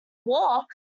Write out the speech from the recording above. walk